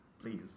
Please